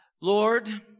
Lord